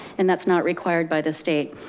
and that's not required by the state.